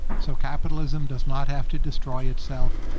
so capitalism does not have to destroy itself.